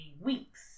weeks